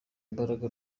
imbaraga